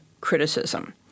criticism